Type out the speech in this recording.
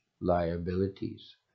liabilities